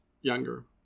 younger